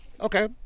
Okay